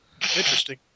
Interesting